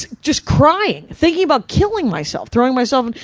just crying, thinking about killing myself, throwing myself,